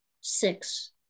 six